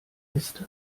ist